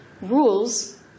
rules